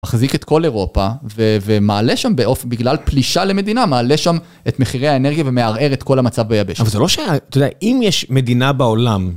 מחזיק את כל אירופה ומעלה שם בגלל פלישה למדינה, מעלה שם את מחירי האנרגיה ומערער את כל המצב ביבשת. אבל זה לא שהיה, אתה יודע, אם יש מדינה בעולם...